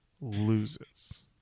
loses